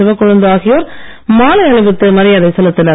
சிவகொழுந்து ஆகியோர் மாலை அணிவித்து மரியாதை செலுத்தினர்